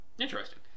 Interesting